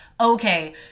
okay